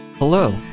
Hello